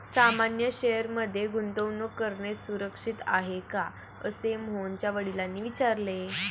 सामान्य शेअर मध्ये गुंतवणूक करणे सुरक्षित आहे का, असे मोहनच्या वडिलांनी विचारले